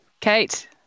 Kate